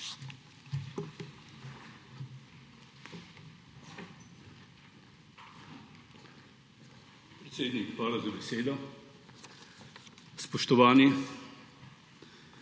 hvala za besedo.